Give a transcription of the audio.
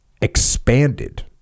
expanded